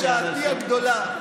זוהי שעתי הגדולה.